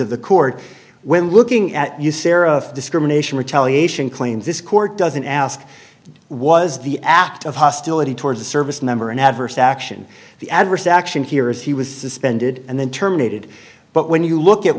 of the court when looking at you sara discrimination retaliation claims this court doesn't ask was the act of hostility towards a service member an adverse action the adverse action here is he was suspended and then terminated but when you look at